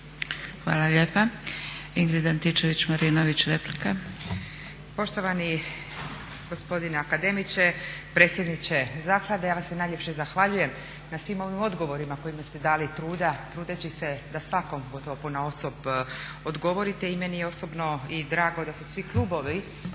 replika. **Antičević Marinović, Ingrid (SDP)** Poštovani gospodine akademiče, predsjedniče zaklade. Ja vam se najljepše zahvaljujem na svim ovim odgovorima kojima ste dali truda trudeći se da svakom gotovo ponaosob odgovorite i meni je osobno drago da su svi klubovi